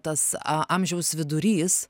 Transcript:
tas a amžiaus vidurys